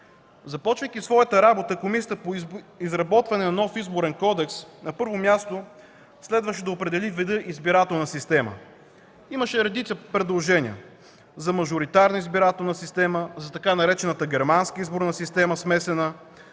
Започвайки работата си Комисията по изработването на нов Изборен кодекс на първо място трябваше да определи вида избирателна система. Имаше редица предложения: за мажоритарна избирателна система, за така наречената „германска изборна система” – смесена,